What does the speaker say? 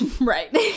Right